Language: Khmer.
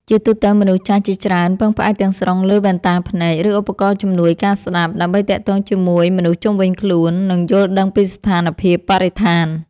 ជាទូទៅ មនុស្សចាស់ជាច្រើនពឹងផ្អែកទាំងស្រុងលើវ៉ែនតាភ្នែក ឬឧបករណ៍ជំនួយការស្ដាប់ ដើម្បីទាក់ទងជាមួយមនុស្សជុំវិញខ្លួន និងយល់ដឹងពីស្ថានភាពបរិស្ថាន។